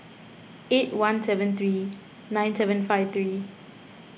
eight one seven three nine seven five three